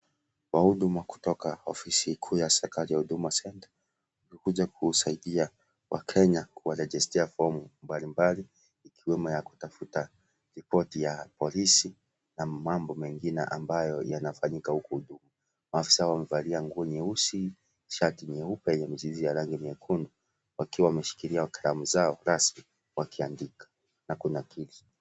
Wahuduma kutoka ofisi kuu ya serikali ya huduma senta wamekuja kusaidia wakenya kuwarejistia fomu mbalimbali ikiwemo ya kutafuta ripoti ya polisi na mambo mengine ambayo yanafanyika huku juu, maafisa wamevalia nguo nyeusi, shati nyeupe yenye michirizi ya rangi nyekundu wakiwa wameshikilia kalamu zao rasmi wakiandika na kunakili.